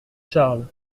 charles